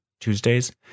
Tuesdays